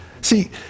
See